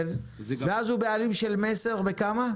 ואז הוא בעלים של "מסר" בכמה?